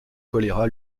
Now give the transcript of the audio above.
choléra